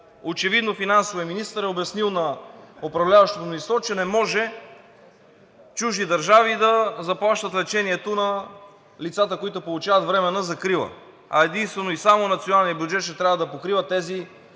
очевидно финансовият министър е обяснил на управляващото мнозинство, че не може чужди държави да заплащат лечението на лицата, които получават временна закрила, а единствено и само националният бюджет ще трябва да покрива тези,